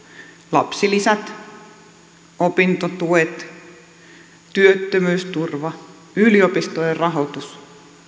lapsilisät opintotuet työttömyysturva yliopistojen rahoitus